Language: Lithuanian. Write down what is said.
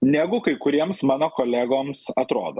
negu kai kuriems mano kolegoms atrodo